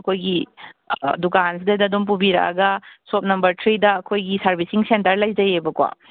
ꯑꯩꯈꯣꯏꯒꯤ ꯗꯨꯀꯥꯟꯁꯤꯗꯩꯗ ꯑꯗꯨꯝ ꯄꯨꯕꯤꯔꯛꯑꯒ ꯁꯣꯞ ꯅꯝꯕꯔ ꯊ꯭ꯔꯤꯗ ꯑꯩꯈꯣꯏꯒꯤ ꯁꯔꯚꯤꯁꯁꯤꯡ ꯁꯦꯟꯇꯔ ꯂꯩꯖꯩꯌꯦꯕꯀꯣ